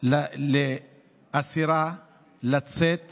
על אסירה לצאת